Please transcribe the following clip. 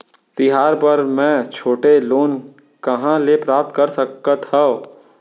तिहार बर मै छोटे लोन कहाँ ले प्राप्त कर सकत हव?